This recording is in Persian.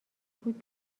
بود